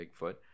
Bigfoot